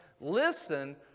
Listen